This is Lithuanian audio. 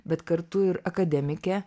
bet kartu ir akademikė